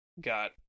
got